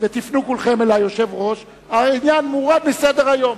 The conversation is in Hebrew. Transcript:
תפנו כולכם אל היושב-ראש, העניין מורד מסדר-היום.